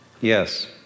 yes